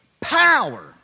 power